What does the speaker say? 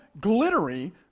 glittery